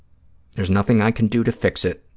there's nothing i can do to fix it,